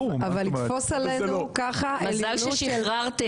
אבל לתפוס עלינו ככה עליונות של דואגים לנו --- מזל ששחררתם,